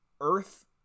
earth